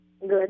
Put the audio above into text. Good